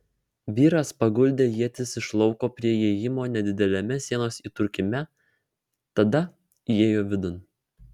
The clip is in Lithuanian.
vyras paguldė ietis iš lauko prie įėjimo nedideliame sienos įtrūkime tada įėjo vidun